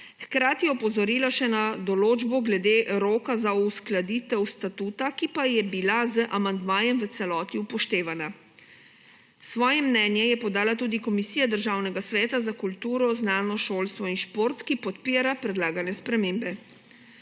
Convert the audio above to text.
Hkrati je opozorila še na določbo glede roka za uskladitev statuta, ki pa je bila z amandmajem v celoti upoštevana. Svoje mnenje je podala tudi Komisija Državnega sveta za kulturo, znanost, šolstvo in šport, ki podpira predlagane spremembe.